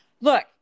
look